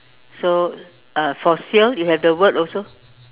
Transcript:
so uh for sale you have the word also